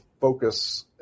focus